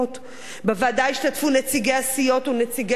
בוועדה השתתפו נציגי הסיעות ונציגי ציבור,